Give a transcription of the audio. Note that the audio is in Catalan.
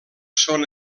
són